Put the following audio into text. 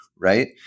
right